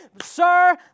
Sir